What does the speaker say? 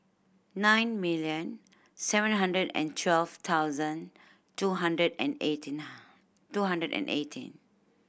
nine million seven hundred and twelve thousand two hundred and eighteen two hundred and eighteen